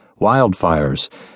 wildfires